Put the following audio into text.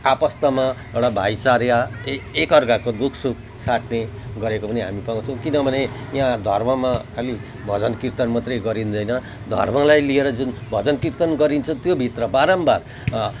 आपस्तमा एउटा भाइचारा एकाअर्काको दुःखसुख साट्ने गरेको पनि हामी पाउँछौँ किनभने यहाँ धर्ममा खाली भजन कीर्तन मात्रै गरिँदैन धर्मलाई लिएर जुन भजन कीर्तन गरिन्छ त्यो भित्र बारम्बार